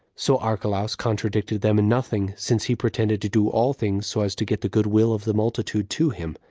so archelaus contradicted them in nothing, since he pretended to do all things so as to get the good-will of the multitude to him,